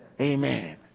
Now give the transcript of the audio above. Amen